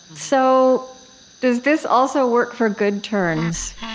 so does this also work for good turns?